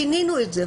שינינו את זה.